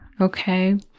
Okay